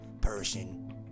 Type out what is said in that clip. person